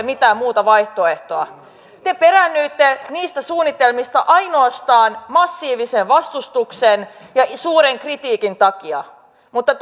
mitään muuta vaihtoehtoa te peräännyitte niistä suunnitelmista ainoastaan massiivisen vastustuksen ja suuren kritiikin takia mutta